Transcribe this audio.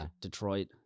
Detroit